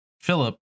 Philip